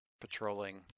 patrolling